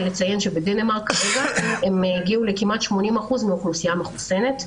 בדנמרק כמעט 80% מהאוכלוסייה מחוסנת,